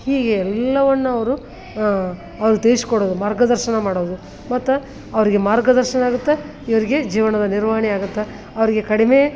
ಹೀಗೆ ಎಲ್ಲವನ್ನು ಅವರು ಅವ್ರು ತಿಳಿಸ್ಕೊಡೋದು ಮಾರ್ಗದರ್ಶನ ಮಾಡೋದು ಮತ್ತೆ ಅವರಿಗೆ ಮಾರ್ಗದರ್ಶನ ಆಗತ್ತೆ ಇವರಿಗೆ ಜೀವನದ ನಿರ್ವಹಣೆ ಆಗತ್ತೆ ಅವರಿಗೆ ಕಡಿಮೆ